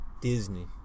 Disney